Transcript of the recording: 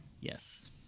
yes